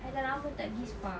I dah lama tak pergi spa